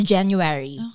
January